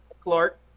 clark